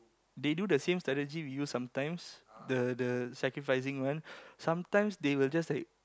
they do the same strategy we use sometimes the the sacrificing one sometimes they will just like